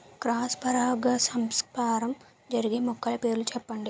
Cross పరాగసంపర్కం జరిగే మొక్కల పేర్లు చెప్పండి?